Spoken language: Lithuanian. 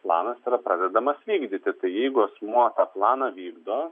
planas yra pradedamas vykdyti tainjeigu asmuo planą vykdo